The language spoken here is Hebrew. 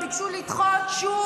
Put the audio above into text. אני רוצה להגיד בהקשר הזה,